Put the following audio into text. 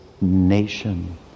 nation